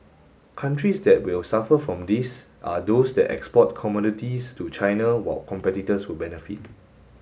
countries that will suffer from this are those that export commodities to China while competitors will benefit